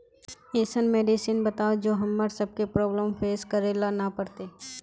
ऐसन मेडिसिन बताओ जो हम्मर सबके प्रॉब्लम फेस करे ला ना पड़ते?